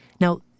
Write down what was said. Now